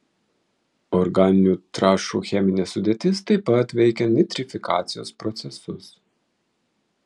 organinių trąšų cheminė sudėtis taip pat veikia nitrifikacijos procesus